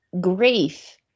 grief